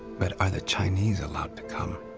but are the chinese allowed to come?